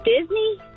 Disney